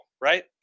right